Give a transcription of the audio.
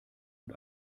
und